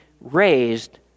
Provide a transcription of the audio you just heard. raised